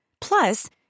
Plus